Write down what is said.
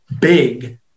big